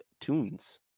tunes